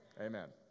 Amen